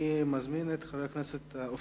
חבר הכנסת זאב.